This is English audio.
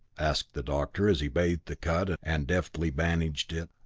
asked the doctor as he bathed the cut and deftly bandaged it.